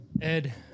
Ed